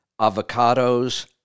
avocados